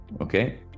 okay